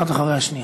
אחת אחרי השנייה.